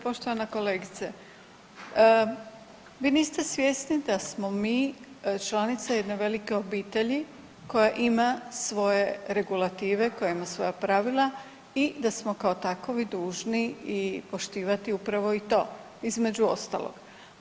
Poštovana kolegice, vi niste svjesni da smo mi članica jedne velike obitelji koja ima svoje regulative i koja ima svoja pravila i da smo kao takovi dužni i poštivati upravo i to između ostalog.